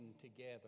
together